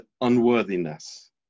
unworthiness